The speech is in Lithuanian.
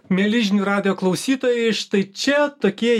mieli žinių radijo klausytojai štai čia tokie